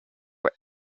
were